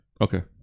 Okay